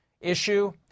issue